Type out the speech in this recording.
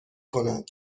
کنند